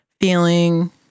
feeling